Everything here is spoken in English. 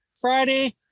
friday